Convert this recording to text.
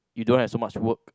you don't have so much work